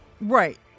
Right